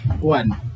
One